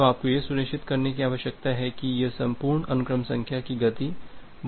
तो आपको यह सुनिश्चित करने की आवश्यकता है कि यह संपूर्ण अनुक्रम संख्या की गति बहुत तेज़ ना हो